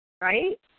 Right